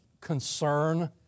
concern